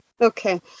Okay